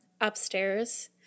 upstairs